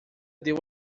deu